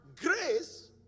grace